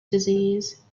disease